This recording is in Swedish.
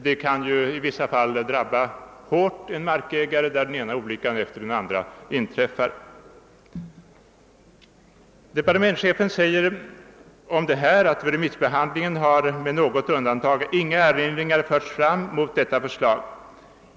Om den ena olyckan efter den andra inträffar inom ett visst område kan ju markägaren drabbas mycket hårt. Departementschefen säger om detta: »Vid remissbehandlingen har med något undantag inga erinringar förts fram mot detta förslag.